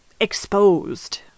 exposed